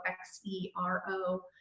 X-E-R-O